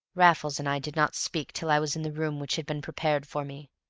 raffles and i did not speak till i was in the room which had been prepared for me.